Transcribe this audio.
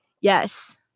yes